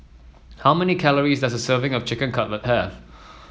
how many calories does a serving of Chicken Cutlet have